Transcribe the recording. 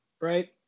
right